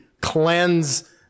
cleanse